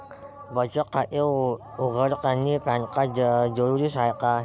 बचत खाते उघडतानी पॅन कार्ड जरुरीच हाय का?